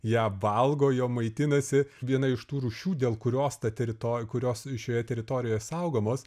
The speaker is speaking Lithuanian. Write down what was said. ją valgo jo maitinasi viena iš tų rūšių dėl kurios ta teritor kurios šioje teritorijoje saugomos